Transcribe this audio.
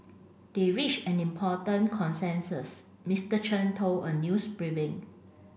they reached an important consensus Mister Chen told a news briefing